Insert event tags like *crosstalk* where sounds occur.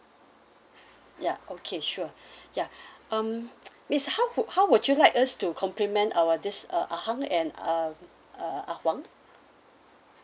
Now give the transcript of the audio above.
ya okay sure *breath* ya um *noise* miss how would how would you like us to compliment our this uh ah hang and uh uh ah huang